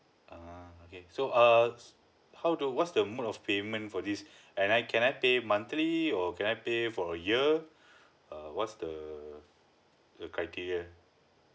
ah okay so err how do what's the mode of payment for this and I can I pay monthly or can I pay for a year err what's the the criteria